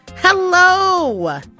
Hello